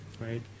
right